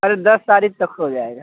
अरे दस तारीख तक हो जाएगा